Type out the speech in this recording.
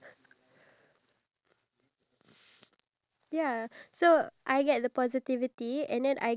uh you because I I don't know I haven't really had the time to google something weird